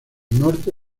norte